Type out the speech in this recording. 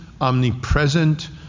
omnipresent